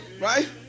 right